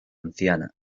anciana